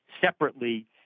separately